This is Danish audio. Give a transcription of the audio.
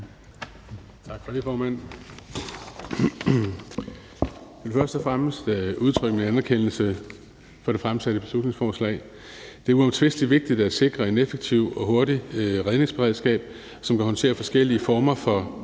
Tak for det, formand. Jeg vil først og fremmest udtrykke min anerkendelse af det fremsatte beslutningsforslag. Det er uomtvistelig vigtigt at sikre et effektivt og hurtigt redningsberedskab, som kan håndtere forskellige former for